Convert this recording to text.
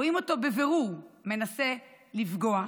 רואים אותו בבירור מנסה לפגוע,